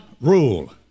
rule